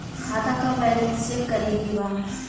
खाता का balance check करे के बा?